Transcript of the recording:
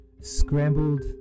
scrambled